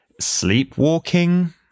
sleepwalking